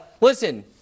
listen